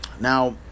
now